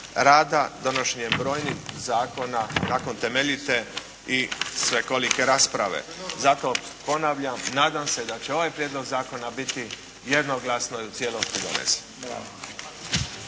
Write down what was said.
rada donošenjem brojnih zakona nakon temeljite i svekolike rasprave. Zato ponavljam, nadam se da će ovaj prijedlog zakona biti jednoglasno i u cijelosti donesen.